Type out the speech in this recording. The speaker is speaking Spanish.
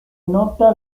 nota